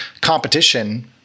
competition